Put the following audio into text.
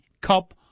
Cup